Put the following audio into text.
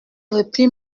repli